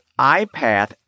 IPATH